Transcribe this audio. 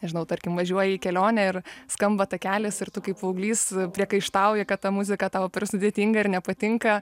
nežinau tarkim važiuoji į kelionę ir skamba takelis ir tu kaip paauglys priekaištauji kad ta muzika tau per sudėtinga ir nepatinka